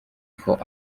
for